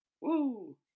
Woo